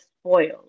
spoiled